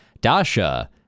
Dasha